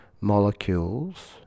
molecules